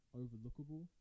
overlookable